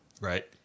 Right